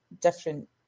different